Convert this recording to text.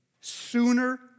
sooner